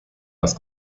was